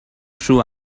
true